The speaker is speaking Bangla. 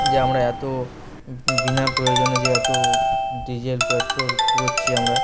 যে আমরা এতো বিনা প্রয়োজনে যে এত ডিজেল পেট্রোল পোড়াচ্ছি আমরা